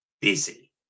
busy